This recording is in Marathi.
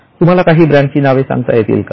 तुम्हाला काही ब्रांडची नावे सांगता येईल का